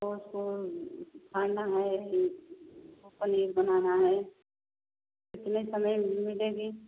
वह सो खाना है एक पनीर बनाना है कितने समय में मिलेगा